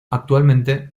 actualmente